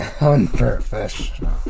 Unprofessional